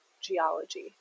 geology